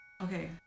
Okay